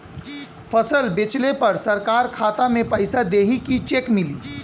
फसल बेंचले पर सरकार खाता में पैसा देही की चेक मिली?